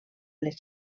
les